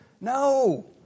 No